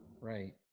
Right